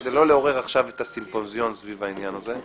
כדי לא לעורר עכשיו את הסימפוזיון סביב העניין הזה.